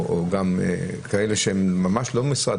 וגם כאלה שממש לא משרד,